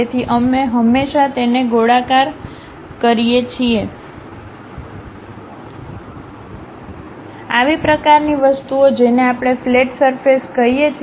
તેથી અમે હંમેશાં તેને ગોળાકાર કરીએ છીએ આવી પ્રકારની વસ્તુઓ જેને આપણે ફલેટ સરફેસ કહે છે